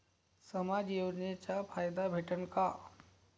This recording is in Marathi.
समाज योजनेचा फायदा भेटन का?